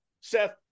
seth